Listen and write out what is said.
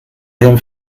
rien